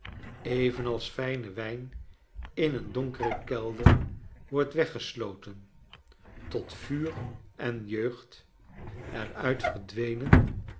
evenals fijne wgn in een donkeren kelder wordt weggeslo ten tot vuur en jeugd er uit